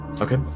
Okay